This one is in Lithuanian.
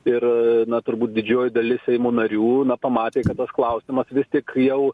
ir na turbūt didžioji dalis seimo narių pamatė kad tas klausimą vis tik jau